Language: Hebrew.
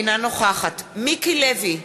אינה נוכחת מיקי לוי,